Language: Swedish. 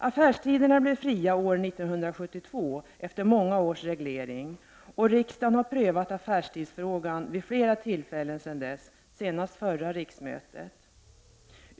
Affärstiderna blev fria år 1972 efter många års reglering. Riksdagen har prövat affärstidsfrågan vid flera tillfällen sedan dess, senast vid förra riksmötet.